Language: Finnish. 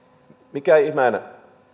mikä ihmeen